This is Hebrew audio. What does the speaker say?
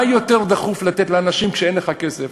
מה יותר דחוף לתת לאנשים כשאין לך כסף?